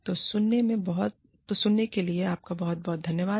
तो सुनने के लिए आपका बहुत बहुत धन्यवाद